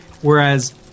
whereas